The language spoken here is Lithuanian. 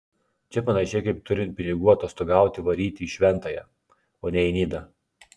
čia panašiai kaip turint pinigų atostogauti varyti į šventąją o ne į nidą